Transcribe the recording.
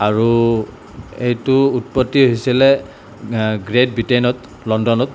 আৰু এইটো উৎপত্তি হৈছিলে গ্ৰেট ব্ৰিটেইনত লণ্ডনত